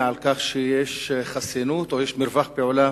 על כך שיש חסינות או שיש מרווח פעולה